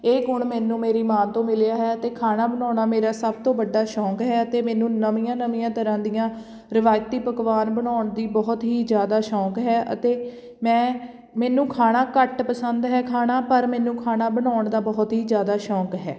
ਇਹ ਗੁਣ ਮੈਨੂੰ ਮੇਰੀ ਮਾਂ ਤੋਂ ਮਿਲਿਆ ਹੈ ਅਤੇ ਖਾਣਾ ਬਣਾਉਣਾ ਮੇਰਾ ਸਭ ਤੋਂ ਵੱਡਾ ਸ਼ੌਂਕ ਹੈ ਅਤੇ ਮੈਨੂੰ ਨਵੀਆਂ ਨਵੀਆਂ ਤਰ੍ਹਾਂ ਦੀਆਂ ਰਿਵਾਇਤੀ ਪਕਵਾਨ ਬਣਾਉਣ ਦੀ ਬਹੁਤ ਹੀ ਜ਼ਿਆਦਾ ਸ਼ੌਂਕ ਹੈ ਅਤੇ ਮੈਂ ਮੈਨੂੰ ਖਾਣਾ ਘੱਟ ਪਸੰਦ ਹੈ ਖਾਣਾ ਪਰ ਮੈਨੂੰ ਖਾਣਾ ਬਣਾਉਣ ਦਾ ਬਹੁਤ ਹੀ ਜ਼ਿਆਦਾ ਸ਼ੌਂਕ ਹੈ